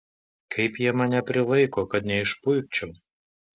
kaip jie mane prilaiko kad neišpuikčiau